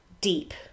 deep